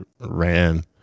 Ran